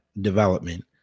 development